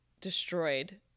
destroyed